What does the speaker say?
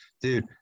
Dude